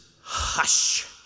hush